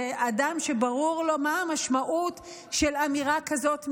זה אדם שברור לו מה המשמעות של אמירה כזאת מצידו.